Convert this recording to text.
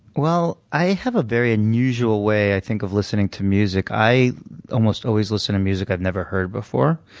well, i have a very unusual way, i think, of listening to music. i almost always listen to music i've never heard before.